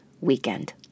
weekend